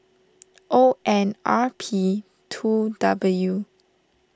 O N R P two W